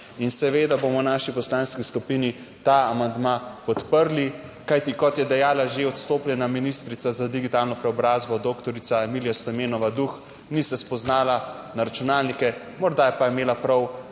in seveda bomo v naši Poslanski skupini ta amandma podprli, kajti kot je dejala že odstopljena ministrica za digitalno preobrazbo doktorica Emilija Stojmenova Duh, ni se spoznala na računalnike, morda je, pa je imela prav,